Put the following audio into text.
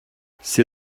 c’est